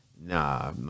Nah